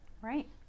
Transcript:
Right